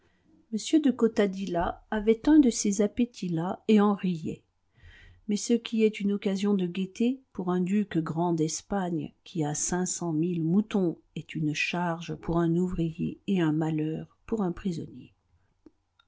m de cotadilla avait un de ces appétits là et en riait mais ce qui est une occasion de gaieté pour un duc grand d'espagne qui a cinq cent mille moutons est une charge pour un ouvrier et un malheur pour un prisonnier